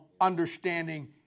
understanding